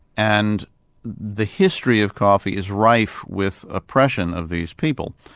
and the history of coffee is rife with oppression of these people.